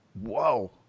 whoa